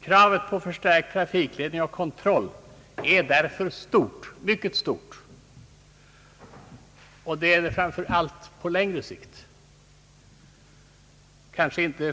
Kravet på förstärkt trafikledning och kontroll är därför mycket stort.